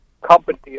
company